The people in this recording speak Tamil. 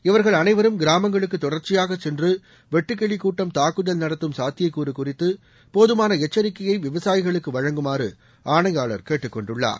இவர்கள் அளைவரும் கிராமங்களுக்கு தொடர்ச்சியாக சென்று வெட்டுக்கிளி கூட்டம் துக்குதல்நடத்தும் சாத்தியக்கூறு சுகறித்து போதுமான எச்சரிக்கையை விவசாயிகளுக்கு வழங்குமாறு ஆணையாளர் கேட்டுக்கொண்டுள்ளார்